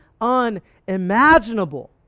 unimaginable